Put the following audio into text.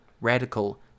radical